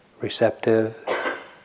receptive